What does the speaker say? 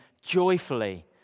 joyfully